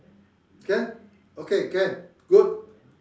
can okay can good